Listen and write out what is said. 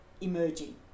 emerging